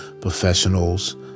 professionals